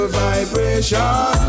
vibration